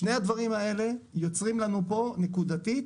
שני הדברים האלה יוצרים לנו פה נקודתית